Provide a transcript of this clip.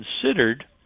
considered